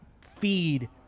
feed